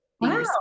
Wow